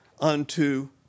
unto